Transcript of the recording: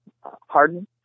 Harden